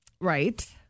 Right